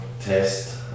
test